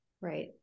Right